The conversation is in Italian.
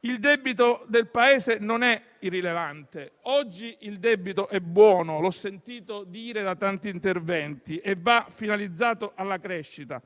Il debito del Paese non è irrilevante; oggi il debito è buono - l'ho sentito dire da tanti interventi - e va finalizzato alla crescita,